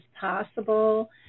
possible